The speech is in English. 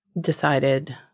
decided